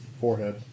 Forehead